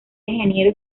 ingeniero